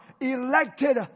elected